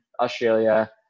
Australia